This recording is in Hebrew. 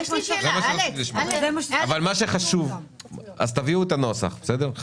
תביאו את הנוסח.